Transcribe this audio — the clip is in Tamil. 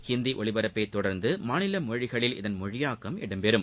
ஹிந்தி ஒலிபரப்பை தொடர்ந்து மாநில மொழிகளில் இதன் மொழியாக்கம் இடம்பெறும்